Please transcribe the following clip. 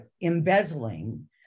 embezzling